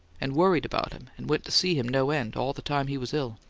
and worried about him and went to see him no end, all the time he was ill.